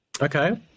Okay